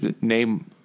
name